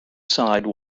side